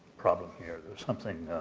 problem here. there's something